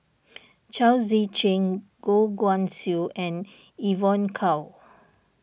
Chao Tzee Cheng Goh Guan Siew and Evon Kow